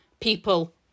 people